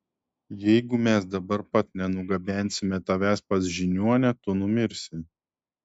jeigu mes dabar pat nenugabensime tavęs pas žiniuonę tu numirsi